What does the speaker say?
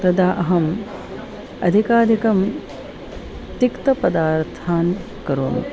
तदा अहम् अधिकाधिकं तिक्तपदार्थान् करोमि